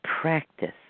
practice